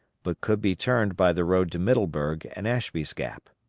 but could be turned by the road to middleburg and ashby's gap.